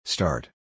Start